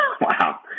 Wow